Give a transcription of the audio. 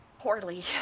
poorly